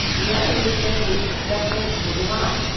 and the other is simply accepting and moving on.